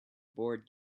board